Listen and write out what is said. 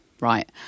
right